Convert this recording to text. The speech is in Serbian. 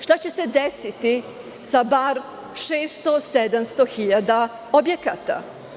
Šta će se desiti sa bar 600, 700 hiljada objekata?